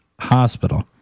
Hospital